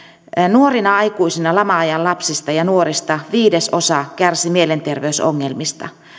nuorina aikuisina lama ajan lapsista ja nuorista viidesosa kärsi mielenterveysongelmista